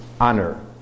honor